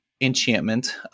Enchantment